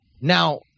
Now